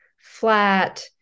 flat